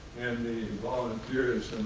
and the volunteers,